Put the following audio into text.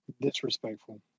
Disrespectful